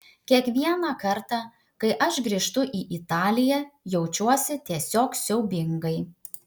kiekvieną kartą kai aš grįžtu į italiją jaučiuosi tiesiog siaubingai